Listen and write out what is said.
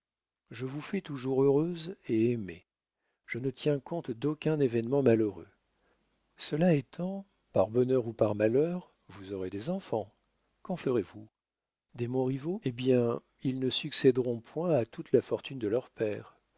je vous fais toujours heureuse et aimée je ne tiens compte d'aucun événement malheureux cela étant par bonheur ou par malheur vous aurez des enfants qu'en ferez-vous des montriveau hé bien ils ne succéderont point à toute la fortune de leur père